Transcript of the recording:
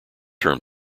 term